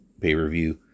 pay-per-view